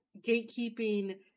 gatekeeping